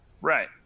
Right